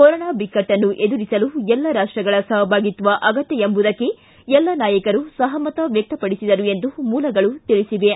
corona ಬಿಕ್ಕಟ್ಟನ್ನು ಎದುರಿಸಲು ಎಲ್ಲ ರಾಷ್ವಗಳ ಸಹಭಾಗಿತ್ವ ಅಗತ್ಯ ಎಂಬುದಕ್ಕೆ ಎಲ್ಲ ನಾಯಕರು ಸಹಮತ ವ್ಯಕ್ತಪಡಿಸಿದರು ಎಂದು ಮೂಲಗಳು ತಿಳಿಸಿವೆ